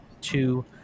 two